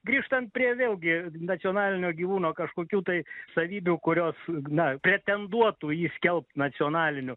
grįžtant prie vėlgi nacionalinio gyvūno kažkokių tai savybių kurios na pretenduotų jį skelbt nacionaliniu